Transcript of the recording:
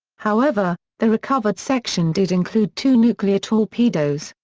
however, the recovered section did include two nuclear torpedoes,